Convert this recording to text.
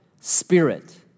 spirit